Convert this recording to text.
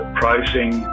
pricing